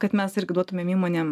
kad mes irgi duotumėm įmonėm